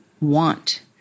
want